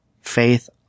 Faith